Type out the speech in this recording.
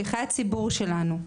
שליחי הציבור שלנו,